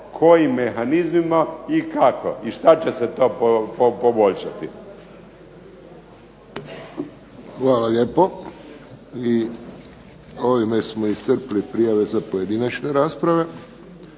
kojim mehanizmima i kako i što će se to poboljšati? **Friščić, Josip (HSS)** Hvala lijepo. I ovime smo iscrpili prijave za pojedinačne rasprave.